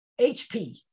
HP